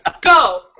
Go